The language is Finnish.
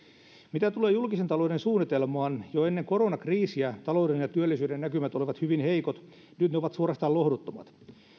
mitä tulee julkisen talouden suunnitelmaan jo ennen koronakriisiä talouden ja työllisyyden näkymät olivat hyvin heikot nyt ne ovat suorastaan lohduttomat